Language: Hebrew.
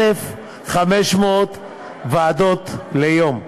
1,500 ועדות ליום.